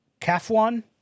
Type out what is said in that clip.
Kafwan